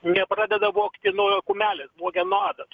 nepradeda vogti nuo kumelės vogia nuo adat